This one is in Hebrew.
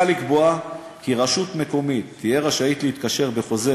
מוצע לקבוע כי רשות מקומית תהיה רשאית להתקשר בחוזה